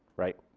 right?